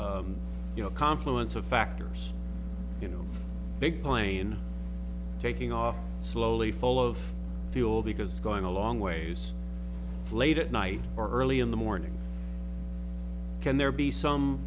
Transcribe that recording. you know confluence of factors you know big plane taking off slowly full of fuel because going a long ways late at night or early in the morning can there be some